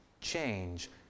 change